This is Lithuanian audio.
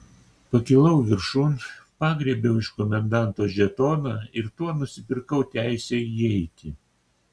pakilau viršun pagriebiau iš komendanto žetoną ir tuo nusipirkau teisę įeiti